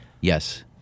yes